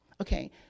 Okay